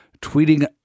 tweeting